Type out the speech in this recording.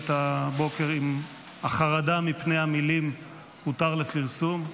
את הבוקר עם החרדה מפני המילים הותר לפרסום,